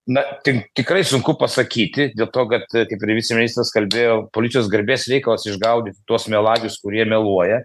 na tin tikrai sunku pasakyti dėl to kad kaip ir viceministras kalbėjo policijos garbės reikalas išgaudyti tuos melagius kurie meluoja